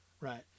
right